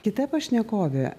kita pašnekovė